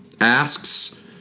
asks